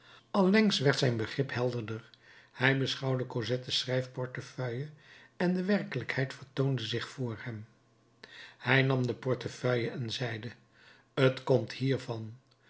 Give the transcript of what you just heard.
allengs werd zijn begrip helderder hij beschouwde cosettes schrijfportefeuille en de werkelijkheid vertoonde zich voor hem hij nam de portefeuille en zeide t komt hiervan